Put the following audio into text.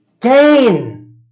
Gain